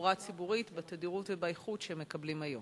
תחבורה ציבורית בתדירות ובאיכות שהם מקבלים היום.